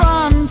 Run